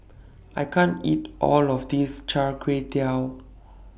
I can't eat All of This Char Kway Teow